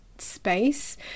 space